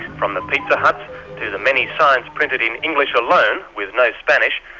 from the pizza huts to the many signs printed in english alone, with no spanish,